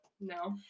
No